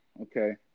okay